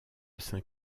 saint